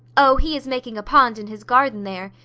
oh, he is making a pond in his garden there.